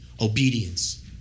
Obedience